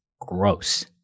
gross